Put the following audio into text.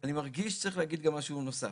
אני מרגיש שצריך להגיד גם משהו נוסף: